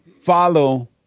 Follow